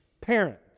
Parents